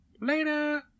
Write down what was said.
Later